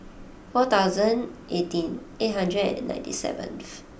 four thousand eighteen eight hundred and ninety seventh